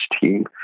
team